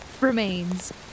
remains